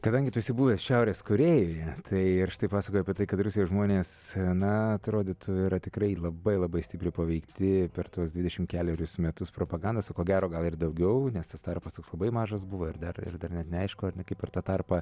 kadangi tu esi buvęs šiaurės korėjoje tai ir štai pasakoji apie tai kad rusijoj žmonės na atrodytų yra tikrai labai labai stipriai paveikti per tuos dvidešim kelerius metus propagandos o ko gero gal ir daugiau nes tas tarpas toks labai mažas buvo ir dar ir dar net neaišku ar ne kaip per tą tarpą